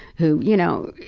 who, you know.